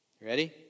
Ready